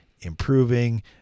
improving